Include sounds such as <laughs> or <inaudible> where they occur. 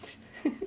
<laughs>